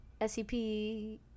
SCP